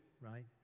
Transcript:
right